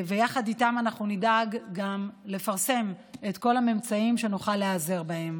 ויחד איתם אנחנו נדאג גם לפרסם את כל הממצאים כדי שנוכל להיעזר בהם.